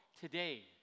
today